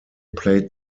played